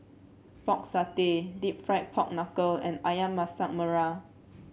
Pork Satay deep fried Pork Knuckle and ayam Masak Merah